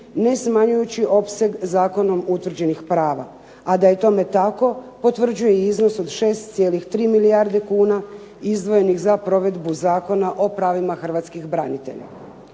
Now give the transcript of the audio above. ne smanjujući opseg zakonom utvrđenih prava. A da je tome tako potvrđuje i iznos od 6,3 milijarde kuna izdvojenih za provedbu Zakona o pravima hrvatskih branitelja.